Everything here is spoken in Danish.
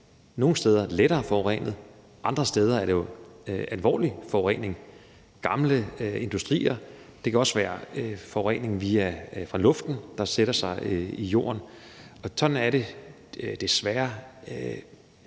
Nogle steder er den lettere forurenet, andre steder er det jo alvorlig forurening. Det kan være fra gamle industrier, og det kan også være forurening fra luften, der sætter sig i jorden, og sådan er det desværre.